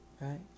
Right